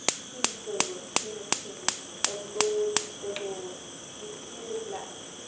he still was king of kings, of lords the lord he feared lest,